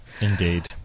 Indeed